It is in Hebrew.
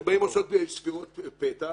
הם באים לעשות ספירת פתע.